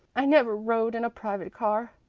i never rode in a private car.